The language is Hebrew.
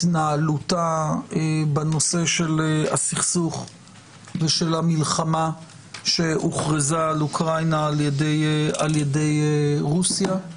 התנהלותה בנושא של הסכסוך ושל המלחמה שהוכרזה על אוקראינה על ידי רוסיה.